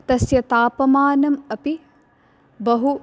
तस्य तापमानम् अपि बहु